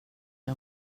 jag